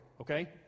okay